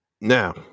Now